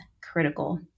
critical